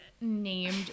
named